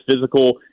physical